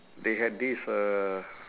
they had this uh